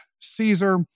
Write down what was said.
Caesar